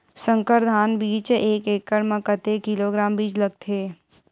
संकर धान बीज एक एकड़ म कतेक किलोग्राम बीज लगथे?